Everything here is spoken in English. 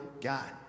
God